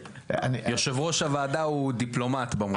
יושב-ראש הוועדה הוא דיפלומט במובן הזה.